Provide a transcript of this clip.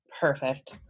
Perfect